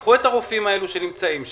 קחו את הרופאים האלו שנמצאים שם,